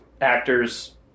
actors